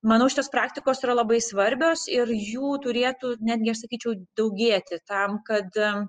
manau šitos praktikos yra labai svarbios ir jų turėtų netgi aš sakyčiau daugėti tam kad